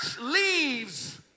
leaves